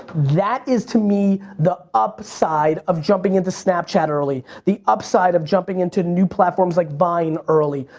that is to me the upside of jumping into snapchat early. the upside of jumping into new platforms like vine early.